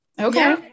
Okay